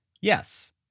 Yes